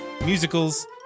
musicals